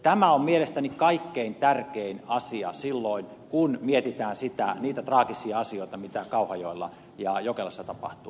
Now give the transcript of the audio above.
tämä on mielestäni kaikkein tärkein asia silloin kun mietitään niitä traagisia asioita mitä kauhajoella ja jokelassa tapahtui